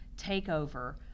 takeover